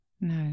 No